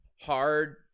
hard